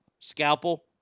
Scalpel